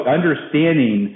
understanding